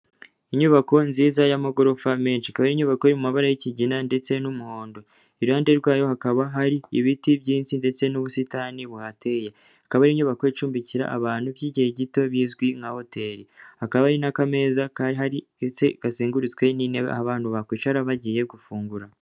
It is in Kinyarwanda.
Inyubako nziza y'amagorofa menshi ikaba ari inyubako y'amabara y'ikigina ndetse n'umuhondo iruhande rwayo hakaba hari ibiti byinshi ndetse n'ubusitani buhateye ikaba ari inyubako icumbikira abantu by'igihe gito bizwi nka hoteli hakaba hari n'akameza gahari ndetse kazengurutswe n'intebe abantu bakwicara bagiye gufungura.